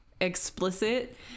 explicit